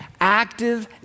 active